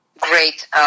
great